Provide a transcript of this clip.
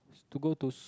to go to sk~